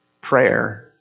prayer